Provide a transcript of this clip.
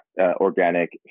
organic